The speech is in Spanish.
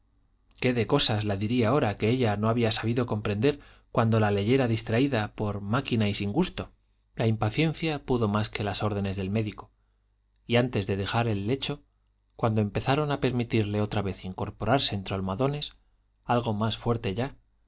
qué de cosas la diría ahora que ella no había sabido comprender cuando la leyera distraída por máquina y sin gusto la impaciencia pudo más que las órdenes del médico y antes de dejar el lecho cuando empezaron a permitirle otra vez incorporarse entre almohadones algo más fuerte ya